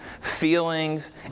feelings